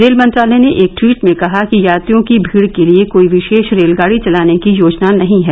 rail मंत्रालय ने एक टवीट में कहा कि यात्रियों की भीड के लिए कोई विशेष रेलगाडी चलाने की योजना नहीं है